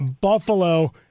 Buffalo